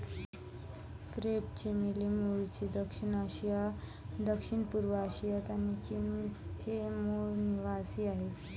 crepe चमेली मूळचे दक्षिण आशिया, दक्षिणपूर्व आशिया आणि चीनचे मूल निवासीआहे